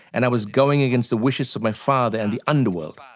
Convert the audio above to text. and i was going against the wishes of my father and the underworld.